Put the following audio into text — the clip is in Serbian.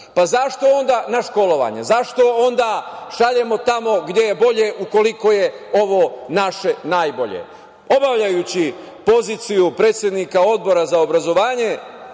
u inostranstvo na školovanje. Zašto onda šaljemo tamo gde je bolje, ukoliko je ovo naše najbolje? Obavljajući poziciju predsednika Odbora za obrazovanje,